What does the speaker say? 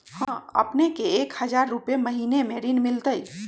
हां अपने के एक हजार रु महीने में ऋण मिलहई?